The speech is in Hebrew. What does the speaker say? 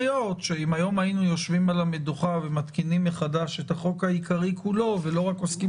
אדם שיש חשש ממשי שהוא נדבק בקורונה, לא נוקטים